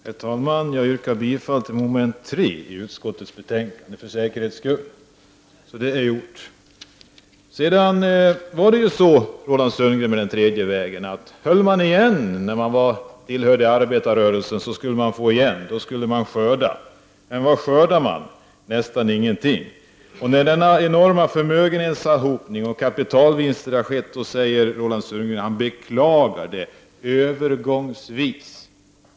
Herr talman! För säkerhets skull yrkar jag bifall till moment 3 i utskottets hemställan, så jag har det gjort. Roland Sundgren, den tredje vägens politik innebar att om man tillhörde arbetarrörelsen och höll igen på sina krav, skulle man få skörda. Men vad skördar man? Jo, nästan ingenting. Roland Sundgren säger att han beklagar den enorma förmögenhetsoch kapitalvinstsanhopning som har skett, men att det handlar om en övergångsperiod.